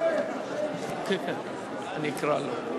בסדר-היום.